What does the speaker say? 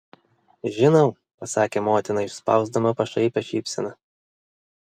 žinau pasakė motina išspausdama pašaipią šypseną